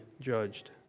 judged